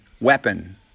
weapon